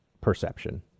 perception